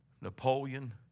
Napoleon